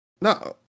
No